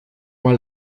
mal